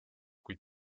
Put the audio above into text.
kuid